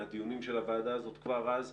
מהדיונים של הוועדה הזאת כבר אז,